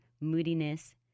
moodiness